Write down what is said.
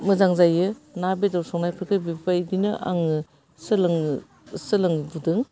मोजां जायो ना बेदर संनायफोरखौ बेफोरबायदिनो आङो सोलोङो सोलोंबोदों